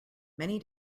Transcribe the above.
many